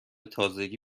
تازگی